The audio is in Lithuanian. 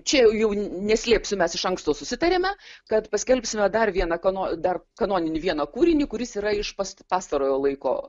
čia jau neslėpsiu mes iš anksto susitarėme kad paskelbsime dar viena kano dar kanoninį vieną kūrinį kuris yra iš pas pastarojo laiko